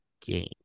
game